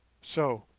so.